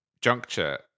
juncture